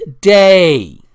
day